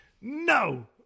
No